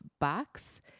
box